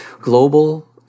global